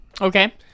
Okay